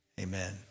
Amen